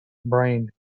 brain